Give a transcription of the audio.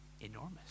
enormous